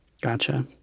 Gotcha